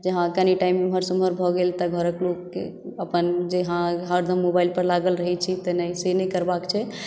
जे हँ कनि टाइम इम्हर से उम्हर भऽ गेल तऽ घरके लोककेँ अपन जे हँ हरदम मोबाइल पर लागल रहै छी तऽ नहि से नहि करबाके छै